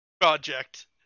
project